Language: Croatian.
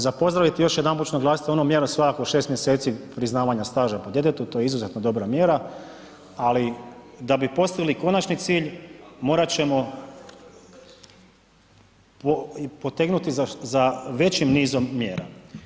Za pozdraviti, još jedanput ću naglasit onu mjeru svakako 6. mjeseci priznavanja staža po djetetu, to je izuzetno dobra mjera, ali da bi postigli konačni cilj, morat ćemo potegnuti za većim nizom mjera.